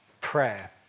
prayer